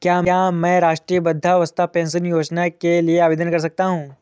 क्या मैं राष्ट्रीय वृद्धावस्था पेंशन योजना के लिए आवेदन कर सकता हूँ?